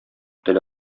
тел